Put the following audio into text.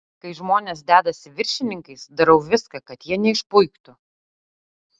kai žmonės dedasi viršininkais darau viską kad jie neišpuiktų